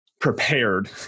prepared